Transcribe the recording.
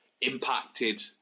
impacted